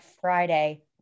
Friday